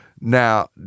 Now